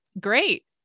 great